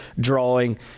drawing